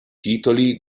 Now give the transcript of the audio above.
titoli